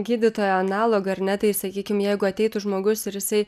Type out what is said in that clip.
gydytojo analogo ar ne tai sakykim jeigu ateitų žmogus ir jisai